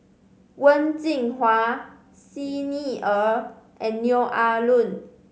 Wen Jinhua Xi Ni Er and Neo Ah Luan